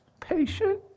patient